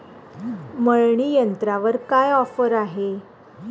मळणी यंत्रावर काय ऑफर आहे?